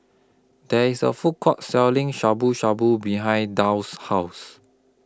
There IS A Food Court Selling Shabu Shabu behind Dow's House